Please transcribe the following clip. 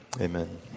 Amen